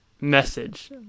message